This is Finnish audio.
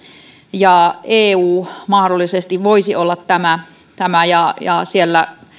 ja eu mahdollisesti voisi olla tämä tämä siellä